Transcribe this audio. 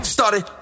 Started